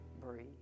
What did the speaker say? breathe